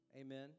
Amen